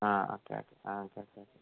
ആ okay okay ah okay okay okay